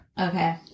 Okay